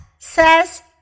says